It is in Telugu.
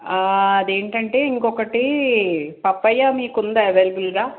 అదేంటంటే ఇంకొకటి పపాయ మీకుందా అవైలబుల్గా